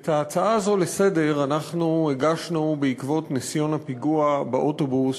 את ההצעה הזאת לסדר-היום אנחנו הגשנו בעקבות ניסיון הפיגוע באוטובוס,